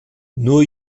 nur